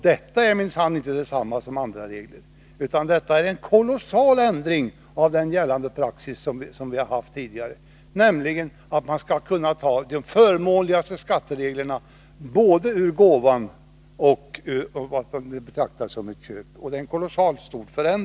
Detta är minsann inte detsamma som tidigare regler, utan det är en kolossal ändring av tidigare gällande praxis. Det nu föreliggande förslaget innebär att man skall kunna ta de förmånligaste skattereglerna avseende både gåva och köp — för samma transaktion.